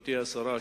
גברתי השרה,